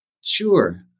Sure